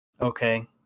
Okay